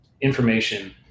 information